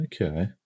Okay